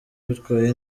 witwaye